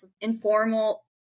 informal-